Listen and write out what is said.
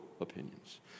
opinions